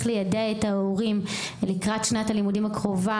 ליידע את ההורים לקראת שנת הלימודים הקרובה,